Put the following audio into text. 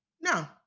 no